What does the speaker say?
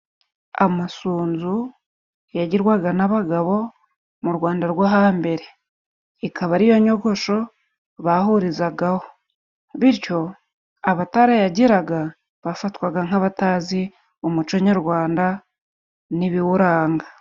Amasunzu yagirwaga n'abagabo mu Rwanda rwo hambere. Ikaba ariyo nyogosho bahurizagaho bityo abatarayagiraga bafatwaga nk'abatazi umuco nyarwanda n'ibiwuranga.